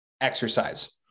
exercise